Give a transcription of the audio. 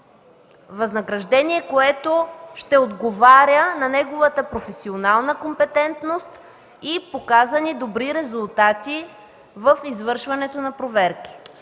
преценка, което ще отговаря на неговата професионална компетентност и показани добри резултати в извършването на проверки.